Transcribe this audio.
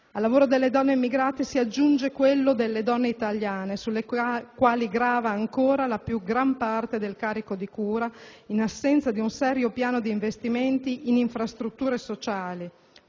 Al lavoro delle donne immigrate si aggiunge quello delle donne italiane, sulle quali grava ancora la più gran parte del carico di cura, in assenza di un serio piano di investimenti in infrastrutture sociali,